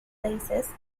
places